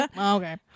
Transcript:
Okay